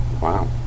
Wow